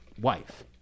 wife